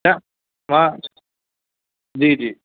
छा तव्हां जी जी